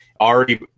Already